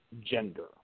gender